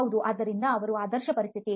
ಹೌದು ಆದ್ದರಿಂದ ಅದು ಆದರ್ಶ ಪರಿಸ್ಥಿತಿ